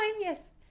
Yes